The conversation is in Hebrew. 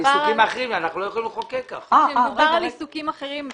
אני חושבת שכאשר מדובר על עיסוקים אחרים,